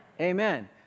Amen